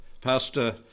Pastor